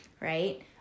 right